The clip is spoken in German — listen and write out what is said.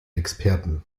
experten